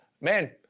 man